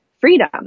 freedom